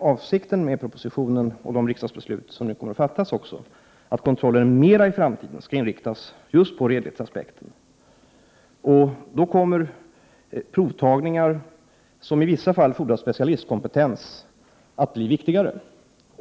Avsikten med propositionen och de riksdagsbeslut som nu kommer att fattas är att kontrollen i framtiden mera skall inriktas just på redlighetsaspekten. Provtagningar, som i vissa fall fordrar specialistkompetens, kommer då att bli viktigare.